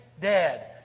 dead